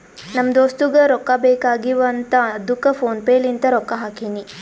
ನಮ್ ದೋಸ್ತುಗ್ ರೊಕ್ಕಾ ಬೇಕ್ ಆಗೀವ್ ಅಂತ್ ಅದ್ದುಕ್ ಫೋನ್ ಪೇ ಲಿಂತ್ ರೊಕ್ಕಾ ಹಾಕಿನಿ